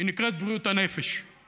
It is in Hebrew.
היא נקראת "בריאות הנפש";